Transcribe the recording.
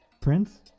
Prince